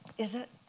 is it?